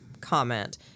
comment